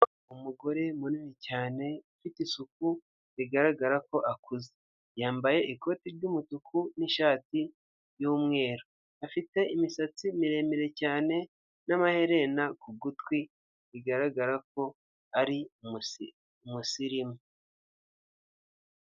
Umugore munini cyane ufite isuku bigaragara ko akuze yambaye, ikoti ry'umutuku n'ishati y'umweru, afite imisatsi miremire cyane n'amaherena ku gutwi, bigaragara ko ari umusirimu.